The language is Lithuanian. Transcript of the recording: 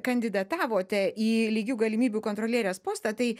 kandidatavote į lygių galimybių kontrolierės postą tai